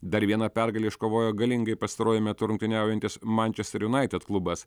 dar vieną pergalę iškovojo galingai pastaruoju metu rungtyniaujantis manchester united klubas